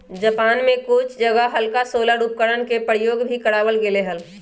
Japan में कुछ जगह हल्का सोलर उपकरणवन के प्रयोग भी करावल गेले हल